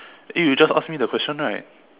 eh you just asked me the question right